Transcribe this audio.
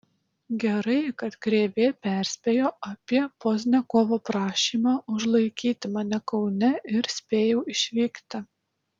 gerai kad krėvė perspėjo apie pozniakovo prašymą užlaikyti mane kaune ir spėjau išvykti